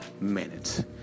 minutes